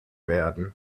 werden